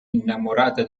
innamorata